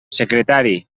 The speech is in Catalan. secretari